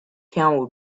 camel